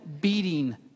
beating